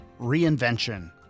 reinvention